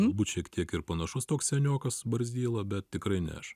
galbūt šiek tiek ir panašus toks seniokas barzdyla bet tikrai ne aš